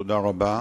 תודה רבה.